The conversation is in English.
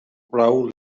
raoul